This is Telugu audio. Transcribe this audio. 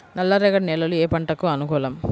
నల్ల రేగడి నేలలు ఏ పంటకు అనుకూలం?